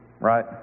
right